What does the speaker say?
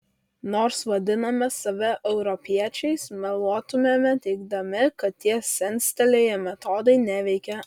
nors vadiname save europiečiais meluotumėme teigdami kad tie senstelėję metodai neveikia